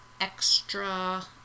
extra